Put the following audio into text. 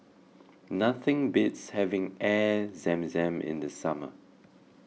Nothing beats having Air Zam Zam in the summer